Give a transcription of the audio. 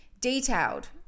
detailed